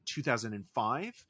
2005